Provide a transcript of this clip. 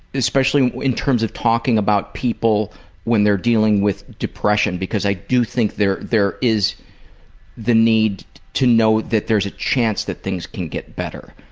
especially in terms of talking about people when they're dealing with depression because i do think there is the need to know that there's a chance that things can get better.